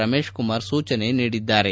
ರಮೇಶ್ ಕುಮಾರ್ ಸೂಚನೆ ನೀಡಿದ್ದಾರೆ